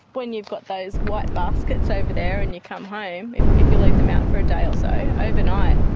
when you've got those white baskets over there and you come home, if if you leave like them out for a day or so, overnight,